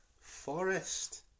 Forest